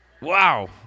Wow